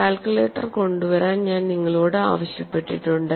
calculator കൊണ്ടുവരാൻ ഞാൻ നിങ്ങളോട് ആവശ്യപ്പെട്ടിട്ടുണ്ട്